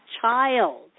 child